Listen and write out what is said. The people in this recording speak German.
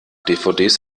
dvds